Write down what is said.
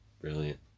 brilliant